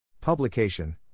Publication